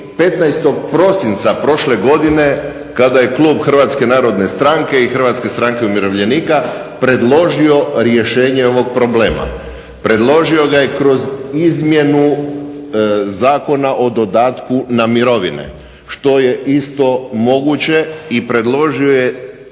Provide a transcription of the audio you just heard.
15. prosinca prošle godine kada je klub Hrvatske narodne stranke i Hrvatske stranke umirovljenika predložio rješenje ovog problema, predložio ga je kroz izmjenu Zakona o dodatku na mirovine, što je isto moguće i predložio je